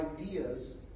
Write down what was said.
ideas